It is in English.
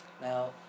Now